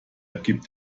gibt